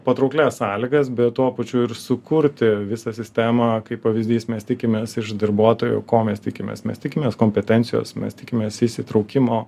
patrauklias sąlygas bet tuo pačiu ir sukurti visą sistemą kaip pavizdys mes tikimės iš darbuotojų ko mes tikimės mes tikimės kompetencijos mes tikimės įsitraukimo